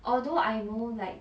although I know like